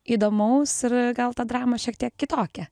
įdomaus ir gal tą dramą šiek tiek kitokią